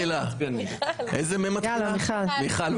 מיכל,